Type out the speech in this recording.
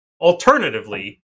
Alternatively